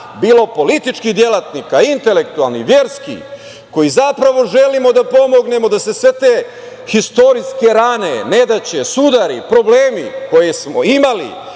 bilo političkih delatnika, intelektualnih, verskih, koji zapravo želimo da pomognemo da se sve te istorijske rane, nedaće, sudari, problemi koje smo imali